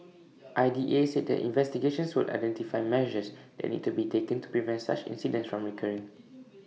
I D A said the investigations would identify measures that need to be taken to prevent such incidents from recurring